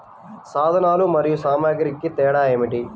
సాధనాలు మరియు సామాగ్రికి తేడా ఏమిటి?